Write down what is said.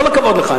כל הכבוד לך.